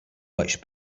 much